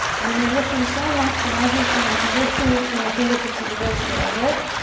and then you're lifting so much. imagine someone's lifting you up from the fingertips of the wrist. you're gonna lift,